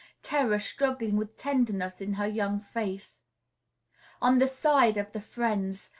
terror struggling with tenderness in her young face on the side of the friends,